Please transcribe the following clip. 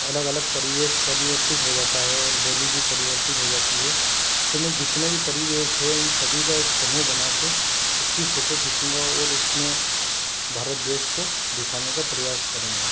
अलग अलग परिवेश परिवर्तित हो जाता है और बोली भी परिवर्तित हो जाती है तो मैं जितने भी परिवेश हैं उन सभी का एक समूह बना कर उसकी फोटो खीचूंगा और उसमें भारत देश को दिखाने का प्रयास करूँगा